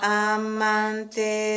amante